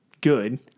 good